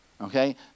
okay